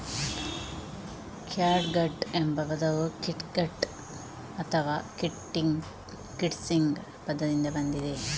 catgut ಎಂಬ ಪದವು kitgut ಅಥವಾ ಕಿಟ್ಸ್ಟ್ರಿಂಗ್ ಪದದಿಂದ ಬಂದಿದೆ